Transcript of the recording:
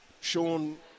Sean